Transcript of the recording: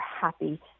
happy